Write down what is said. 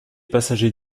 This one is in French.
passagers